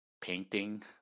painting